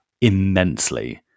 immensely